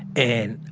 and,